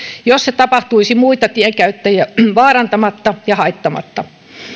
jos se tapahtuisi muita tienkäyttäjiä vaarantamatta ja haittaamatta